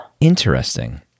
Interesting